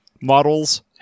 models